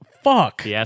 Fuck